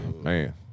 man